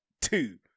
two